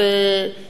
אם הוא לא,